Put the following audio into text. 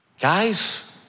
guys